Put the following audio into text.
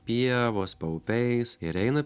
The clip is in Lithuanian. pievos paupiais ir eina